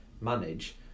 manage